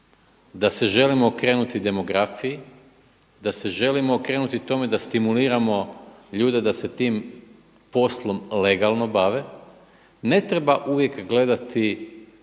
da se želimo okrenuti demografiji, da se želimo okrenuti tome da stimuliramo ljude da se sa tim poslom legalno bave. Ne treba uvijek gledati